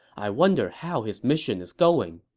i wonder how his mission is going.